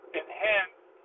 enhanced